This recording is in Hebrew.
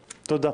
תודה.